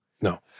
No